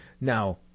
Now